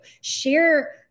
Share